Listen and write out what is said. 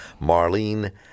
Marlene